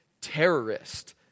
terrorist